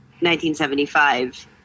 1975